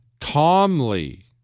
calmly